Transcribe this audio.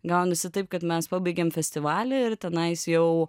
gaunasi taip kad mes pabaigiam festivalį ir tenais jau